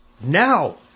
Now